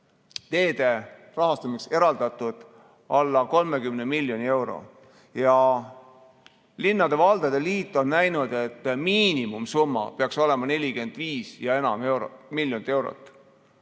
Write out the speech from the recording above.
teede rahastamiseks eraldatud alla 30 miljoni euro. Eesti Linnade ja Valdade Liit on näinud, et miinimumsumma peaks olema vähemalt 45 miljonit eurot.